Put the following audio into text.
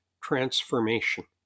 transformation